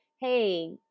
hey